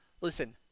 listen